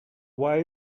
why